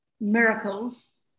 miracles